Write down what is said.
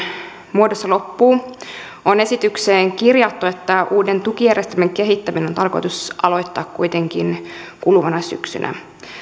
muodossa loppuu on esitykseen kirjattu että uuden tukijärjestelmän kehittäminen on tarkoitus aloittaa kuitenkin kuluvana syksynä